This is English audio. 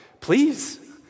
please